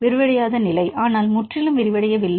விரிவடையாத நிலை ஆனால் முற்றிலும் விரிவடையவில்லை